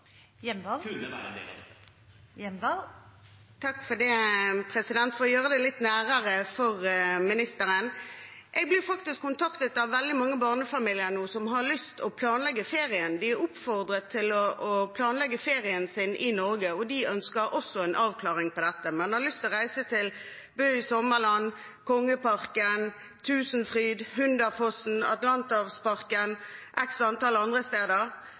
det. For å gjøre det litt nærmere for ministeren: Jeg blir kontaktet av veldig mange barnefamilier som har lyst til å planlegge ferien. De er oppfordret til å planlegge ferien sin i Norge, og de ønsker en avklaring av dette. De har lyst til å reise til Bø Sommarland, Kongeparken, Tusenfryd, Hunderfossen, Atlanterhavsparken og x antall andre steder.